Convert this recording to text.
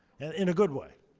in a good way.